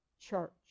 Church